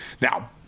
Now